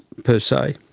per se.